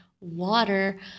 water